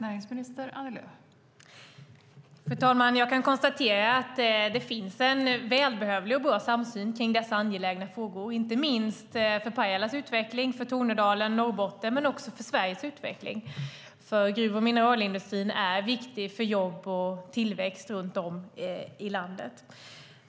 Fru talman! Jag kan konstatera att det finns en välbehövlig och bra samsyn kring dessa angelägna frågor, inte minst för Pajalas utveckling, för Tornedalen och Norrbotten men också för Sveriges utveckling. Gruv och mineralindustrin är viktig för jobb och tillväxt runt om i landet.